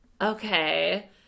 Okay